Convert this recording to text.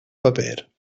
paper